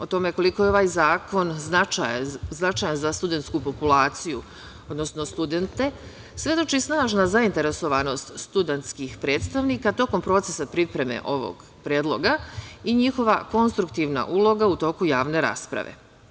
O tome koliko je ovaj zakon značajan za studentsku populaciju, odnosno studente, svedoči snažna zainteresovanost studentskih predstavnika tokom procesa pripreme ovog predloga i njihova konstruktivna uloga u toku javne rasprave.